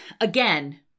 Again